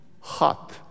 hot